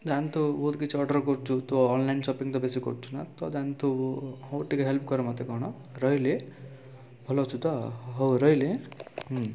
ଜାଣିଥିବୁ ବହୁତ କିଛି ଅର୍ଡ଼ର କରୁଛୁ ତୁ ଅନଲାଇନ ସପିଙ୍ଗ ତ ବେଶୀ କରୁଛୁ ନା ତ ଜାଣିଥବୁ ହେଉ ଟିକିଏ ହେଲ୍ପ କର ମୋତେ କ'ଣ ରହିଲି ଭଲ ଅଛୁ ତ ହେଉ ରହିଲି ହୁଁ